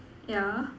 yeah